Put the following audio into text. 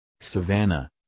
savannah